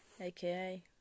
aka